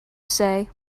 say